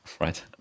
Right